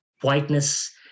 whiteness